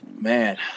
Man